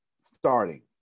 starting